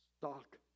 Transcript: stock